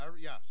yes